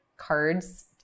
Cards